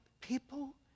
people